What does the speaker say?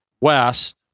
west